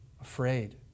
afraid